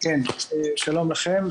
שלום לכם,